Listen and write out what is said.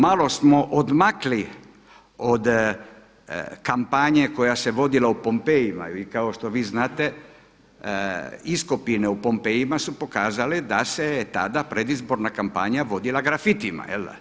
Malo smo odmakli od kampanje koja se vodila u Pompejima i kao što vi znate iskopine u Pompejima su pokazale da se tada predizborna kampanja vodila grafitima, jel' da.